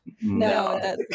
no